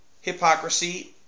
hypocrisy